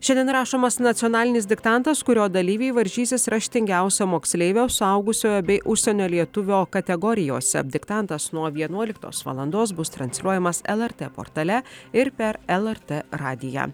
šiandien rašomas nacionalinis diktantas kurio dalyviai varžysis raštingiausio moksleivio suaugusiojo bei užsienio lietuvio kategorijose diktantas nuo vienuoliktos valandos bus transliuojamas lrt portale ir per lrt radiją